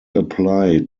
apply